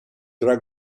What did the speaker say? tra